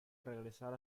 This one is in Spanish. regresar